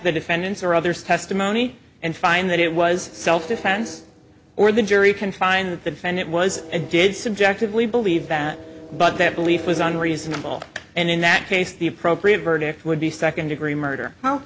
the defendant's or others testimony and find that it was self defense or the jury can find that the defendant was a good subjectively believe that but that belief was unreasonable and in that case the appropriate verdict would be second degree murder